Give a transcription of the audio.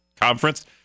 conference